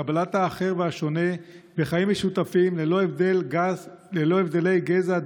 קבלת האחר והשונה וחיים משותפים ללא הבדלי גזע,